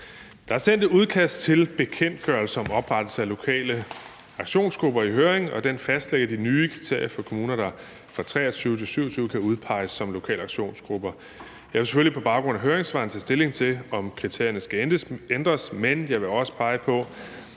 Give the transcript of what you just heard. Der er sendt et udkast til bekendtgørelse om oprettelse af lokale aktionsgrupper i høring, og den fastlægger de nye kriterier for kommuner, der fra 2023-2027 kan udpeges som lokale aktionsgrupper. Jeg vil selvfølgelig på baggrund af høringssvarene tage stilling til, om kriterierne skal ændres, men jeg vil også pege på,